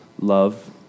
love